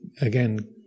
again